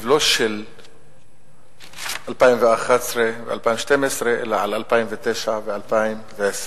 לא של 2011 ו-2012 אלא של 2009 ו-2010,